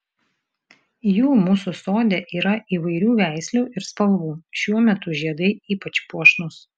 jų mūsų sode yra įvairių veislių ir spalvų šiuo metu žiedai ypač puošnūs